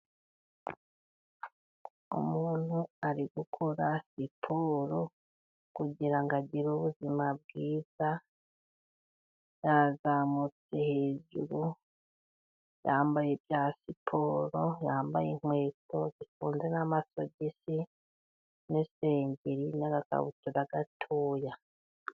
Umuntu ari gukora siporo kugira ngo, agire ubuzima bwiza, yazamutse hejuru yambaye ibya siporo, yambaye inkweto zifunze n'amasogisi, n'isengeri, n'agakabutura gatoya.